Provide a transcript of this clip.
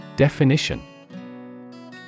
Definition